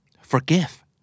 Forgive